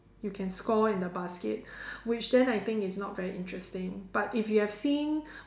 you can score in the basket which then I think is not very interesting but if you have seen